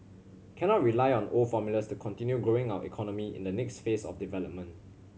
cannot rely on old formulas to continue growing our economy in the next phase of development